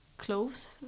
clothes